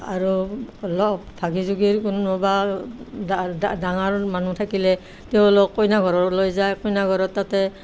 আৰু লগ ভাগি জুগি কোনোবা ডাঙৰ মানুহ থাকিলে তেওঁলোক কইনা ঘৰলৈ যায় কইনা ঘৰত তাতে